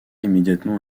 immédiatement